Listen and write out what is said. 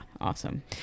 awesome